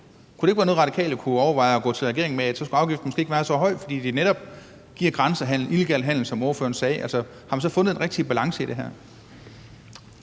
Kunne det ikke være noget Radikale kunne overveje at gå til regeringen med, altså at så skulle afgiften måske ikke være så høj, fordi det netop giver grænsehandel, illegal handel, som ordføreren sagde? Har man fundet den rigtige balance i det her?